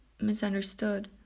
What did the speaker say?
misunderstood